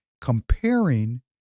comparing